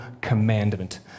commandment